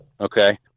Okay